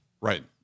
Right